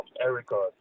Erica